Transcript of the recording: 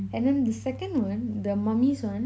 and the second one the mummies one